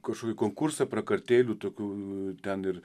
kažkokį konkursą prakartėlių tokių ten ir